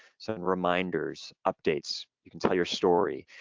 send reminders, updates, you can tell your story,